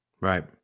Right